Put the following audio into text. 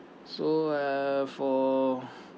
so uh for